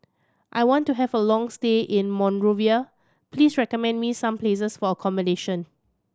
I want to have a long stay in Monrovia please recommend me some places for accommodation